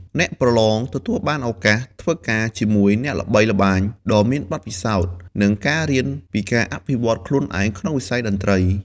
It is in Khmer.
អ្នកប្រឡងទទួលបានឱកាសធ្វើការជាមួយអ្នកល្បីល្បាញដ៏មានបទពិសោធន៍ និងរៀនពីការអភិវឌ្ឍខ្លួនឯងក្នុងវិស័យតន្ត្រី។